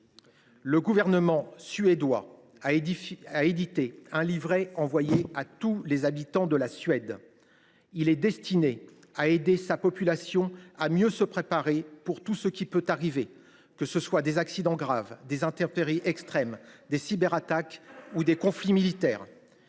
Le gouvernement de la Suède a édité un livret envoyé à tous les habitants du pays. Ce document est destiné à aider la population à mieux se préparer pour tout ce qui peut arriver, que ce soient des accidents graves, des intempéries extrêmes, des cyberattaques ou des conflits militaires.